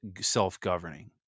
self-governing